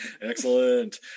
Excellent